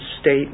state